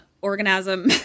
Organism